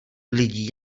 lidí